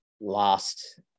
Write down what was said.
last